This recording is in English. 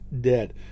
dead